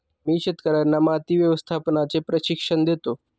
मी शेतकर्यांना माती व्यवस्थापनाचे प्रशिक्षण देतो